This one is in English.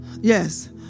yes